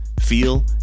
feel